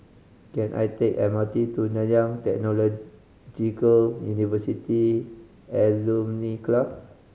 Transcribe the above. can I take M R T to Nanyang University Alumni Club